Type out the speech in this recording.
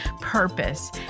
purpose